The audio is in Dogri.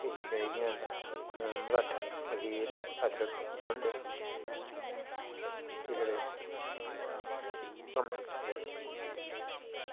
एह् चीज़ां जेह्कियां न तां मलाट्ठ मखीर अदरक सुण्ड एह् बड़े कम्म दी चीजां न